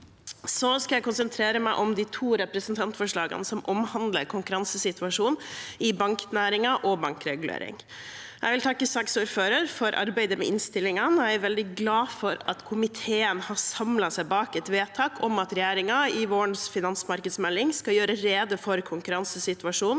Jeg skal konsentrere meg om de to representantforslagene som omhandler konkurransesituasjonen i banknæringen og bankregulering. Jeg vil takke saksordfører for arbeidet med innstillingene, og jeg er veldig glad for at komiteen har samlet seg bak et vedtak om at regjeringen i vårens finansmarkedsmelding skal gjøre rede for konkurransesituasjonen